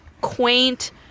quaint